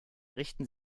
richten